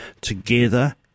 together